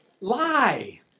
Lie